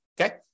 okay